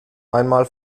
einmal